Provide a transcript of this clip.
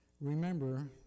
Remember